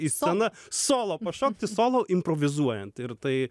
į sceną solo pašokti solo improvizuojant ir tai